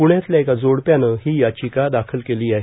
पुण्यातल्या एका जोडप्यानं ही याचिका दाखल केली आहे